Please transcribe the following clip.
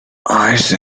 ice